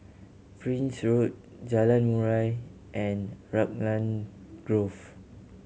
Prince Road Jalan Murai and Raglan Grove